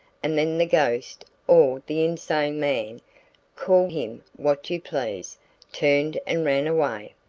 and then the ghost or the insane man call him what you please turned and ran away.